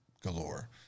galore